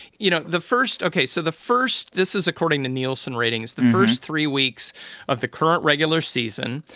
you know, the first ok, so the first this is according to nielsen ratings. the first three weeks of the current regular season,